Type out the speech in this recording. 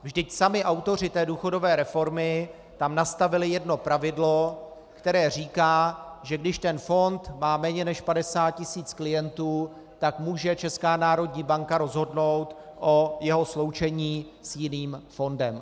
Vždyť sami autoři důchodové reformy tam nastavili jedno pravidlo, které říká, že když fond má méně než 50 tisíc klientů, tak může ČNB rozhodnout o jeho sloučení s jiným fondem.